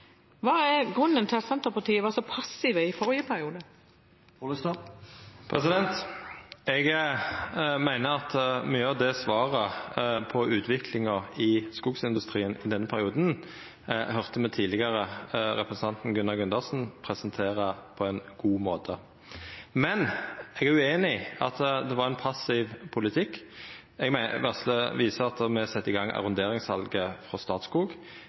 er grunnen til at Senterpartiet var så passiv i forrige periode? Eg meiner at mykje av svaret på utviklinga i skogsindustrien i den perioden fekk me presentert på ein god måte av representanten Gunnar Gundersen tidlegare. Men eg er ueinig i at det var ein passiv politikk. Eg vil visa til at me sette i gang arronderingssalet i Statskog.